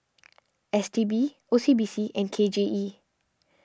S T B O C B C and K J E